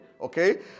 okay